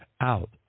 out